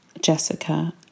Jessica